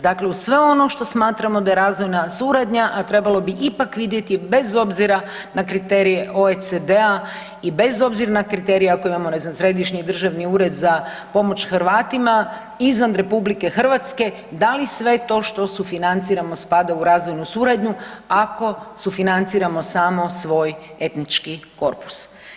Dakle, uz sve ono što smatramo da je razvojna suradnja, a trebalo bi ipak vidjeti bez obzira na kriterije OECD-a i bez obzira na kriterije ako imamo ne znam središnji Državni ured za pomoć Hrvatima izvan Republike Hrvatske, da li sve to što financiramo spada u razvojnu suradnju ako sufinanciramo samo svoj etnički korpus.